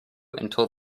until